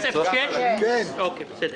רוויזיה.